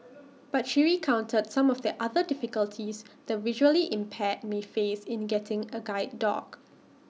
but she recounted some of the other difficulties the visually impaired may face in getting A guide dog